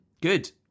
Good